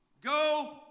Go